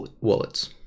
wallets